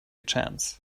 chance